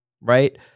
Right